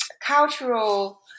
cultural